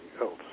else